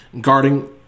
guarding